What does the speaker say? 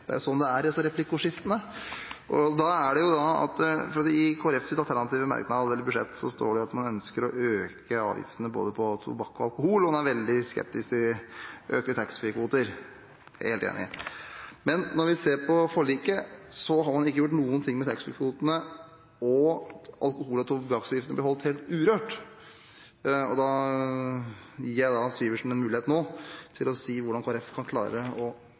Det er sånn det er i disse replikkordskiftene. I Kristelig Folkepartis alternative budsjett står det at man ønsker å øke avgiftene på både tobakk og alkohol, og man er veldig skeptisk til økte taxfree-kvoter. Det er jeg helt enig i. Men når vi ser på forliket, har man ikke gjort noe med taxfree-kvotene, og alkohol- og tobakksavgiftene ble beholdt helt urørt. Jeg gir Syversen en mulighet nå til å si hvordan Kristelig Folkeparti kan klare å